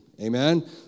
Amen